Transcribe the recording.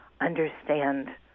understand